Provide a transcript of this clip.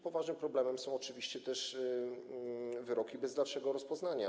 Poważnym problemem są oczywiście też wyroki bez dalszego rozpoznania.